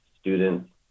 students